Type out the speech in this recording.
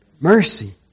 Mercy